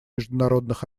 международных